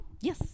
Yes